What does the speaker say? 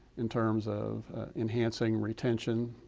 in terms of enhancing retention,